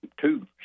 two